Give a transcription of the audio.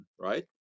right